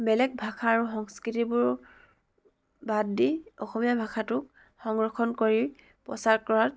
বেলেগ ভাষা আৰু সংস্কৃতিবোৰ বাদ দি অসমীয়া ভাষাটো সংৰক্ষণ কৰি প্ৰচাৰ কৰাত